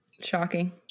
Shocking